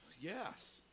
Yes